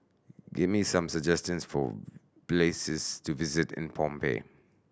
give me some suggestions for places to visit in Phnom Penh